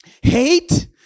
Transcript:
hate